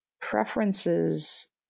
preferences